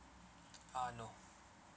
uh no